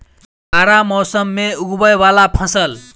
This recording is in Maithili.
जाड़ा मौसम मे उगवय वला फसल?